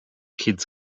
kids